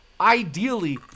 ideally